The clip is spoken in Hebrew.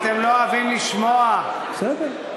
אתם לא אוהבים לשמוע, בסדר.